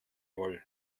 wohl